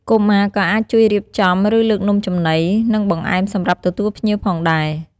កុមារក៏អាចជួយរៀបចំ ឬលើកនំចំណី និងបង្អែមសម្រាប់ទទួលភ្ញៀវផងដែរ។